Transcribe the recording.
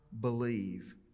believe